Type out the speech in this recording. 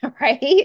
Right